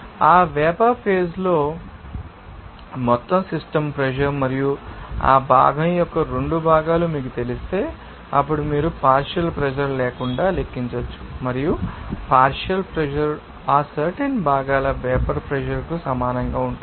ఆ vapour phase లో మొత్తం సిస్టమ్ ప్రెషర్ మరియు ఆ భాగం యొక్క రెండు భాగాలు మీకు తెలిస్తే అప్పుడు మీరు పార్షియల్ ప్రెషర్ లేకుండా లెక్కించవచ్చు మరియు పార్షియల్ ప్రెషర్ ఆ సర్టెన్ భాగాల వేపర్ ప్రెషర్ సమానంగా ఉంటుంది